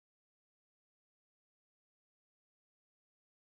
I should put raffles girls' first why should I put bendemeer first